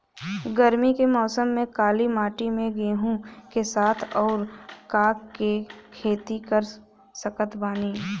गरमी के मौसम में काली माटी में गेहूँ के साथ और का के खेती कर सकत बानी?